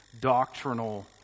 doctrinal